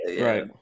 Right